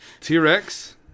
T-Rex